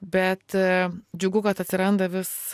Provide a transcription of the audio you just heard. bet džiugu kad atsiranda vis